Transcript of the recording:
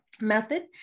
method